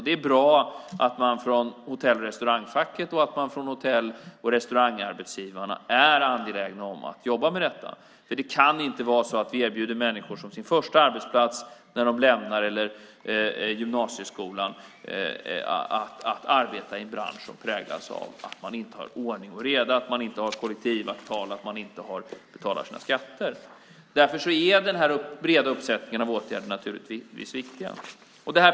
Det är bra att man från hotell och restaurangfacket och från hotell och restaurangarbetsgivarna är angelägna om att jobba med detta. Det kan inte vara så att vi erbjuder människor att ha sin första arbetsplats, när de lämnar gymnasieskolan, i en bransch som präglas av att man inte har ordning och reda, att man inte har kollektivavtal och att man inte betalar sina skatter. Därför är den här breda uppsättningen av åtgärder viktig.